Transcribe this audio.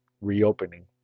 reopening